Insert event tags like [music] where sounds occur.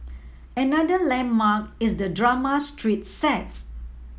another landmark is the drama street [unintelligible]